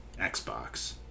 Xbox